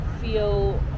feel